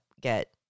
get